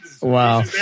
Wow